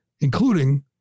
including